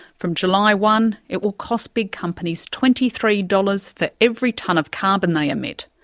from july one it will cost big companies twenty three dollars for every tonne of carbon they emit,